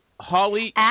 Holly